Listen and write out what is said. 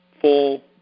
full